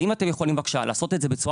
אם אתם יכולים בבקשה לעשות את זה בצורה